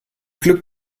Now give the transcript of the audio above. glück